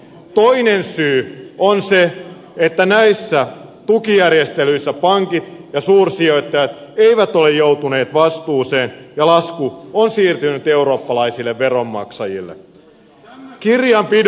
toinen syy on se että näissä tukijärjestelyissä pankit ja suursijoittajat eivät ole joutuneet vastuuseen ja lasku on siirtynyt eurooppalaisille veronmaksajille